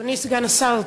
אדוני סגן השר,